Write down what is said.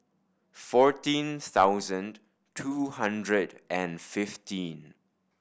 fourteen thousand two hundred and fifteen